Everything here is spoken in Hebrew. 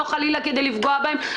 לא חלילה כדי לפגוע בהם,